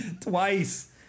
Twice